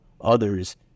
others